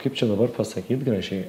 kaip čia dabar pasakyt gražiai